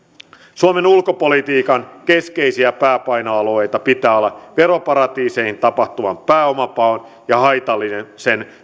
suomen ulkopolitiikan keskeisiä pääpainoalueita pitää olla veroparatiiseihin tapahtuvan pääomapaon ja haitallisen